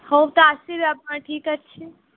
ହଉ ତ ଆସିବେ ଆପଣ ଠିକ୍ ଅଛି